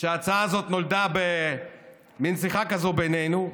שההצעה הזאת נולדה במין שיחה כזאת בינינו,